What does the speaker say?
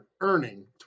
earning